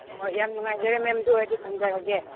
ꯍꯣꯏ ꯌꯥꯝ ꯅꯨꯡꯉꯥꯏꯖꯔꯦ ꯃꯦꯝ ꯑꯗꯨ ꯑꯣꯏꯔꯗꯤ ꯊꯝꯖꯔꯒꯦ